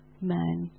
men